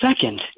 second